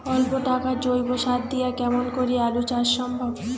অল্প টাকার জৈব সার দিয়া কেমন করি আলু চাষ সম্ভব?